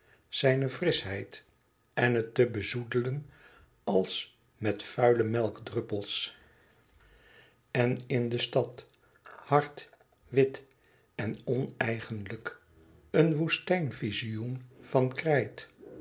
zijne frischheid en het te bezoedelen als met vuile melkdruppels en in de stad hard wit en oneigenlijk een woestijn vizioen van krijt